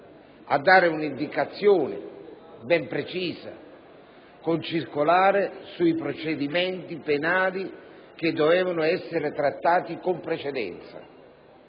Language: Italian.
a dare una indicazione ben precisa con circolare sui procedimenti penali che dovevano essere trattati con precedenza.